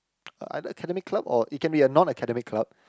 either academic club or it can be a non academic club